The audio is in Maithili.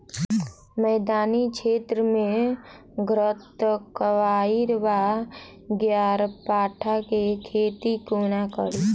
मैदानी क्षेत्र मे घृतक्वाइर वा ग्यारपाठा केँ खेती कोना कड़ी?